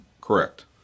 Correct